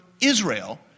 Israel